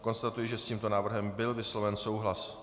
Konstatuji, že s tímto návrhem byl vysloven souhlas.